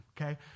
okay